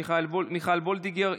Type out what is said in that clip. מיכל וולדיגר,